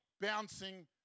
bouncing